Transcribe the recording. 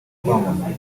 kwamamara